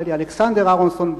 נדמה לי אלכסנדר אהרונסון,